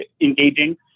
engaging